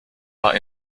war